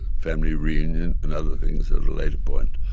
family reunion and other things at a later point,